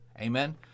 Amen